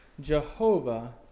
Jehovah